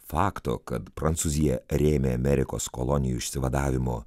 fakto kad prancūzija rėmė amerikos kolonijų išsivadavimo